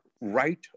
right